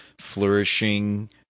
flourishing